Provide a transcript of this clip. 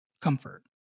comfort